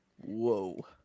Whoa